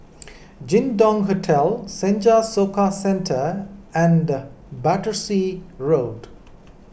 Jin Dong Hotel Senja Soka Centre and Battersea Road